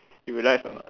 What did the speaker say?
you realize or not